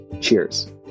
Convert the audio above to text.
Cheers